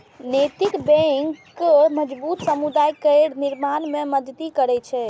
नैतिक बैंक मजबूत समुदाय केर निर्माण मे मदति करै छै